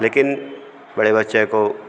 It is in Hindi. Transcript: लेकिन बड़े बच्चे को